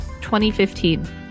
2015